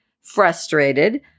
frustrated